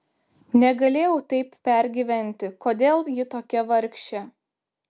negalėjau taip pergyventi kodėl ji tokia vargšė